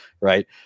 right